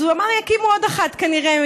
אז הוא אמר: יקימו עוד אחת, כנראה.